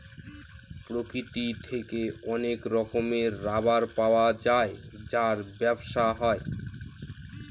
প্রকৃতি থেকে অনেক রকমের রাবার পাওয়া যায় যার ব্যবসা হয়